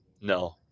No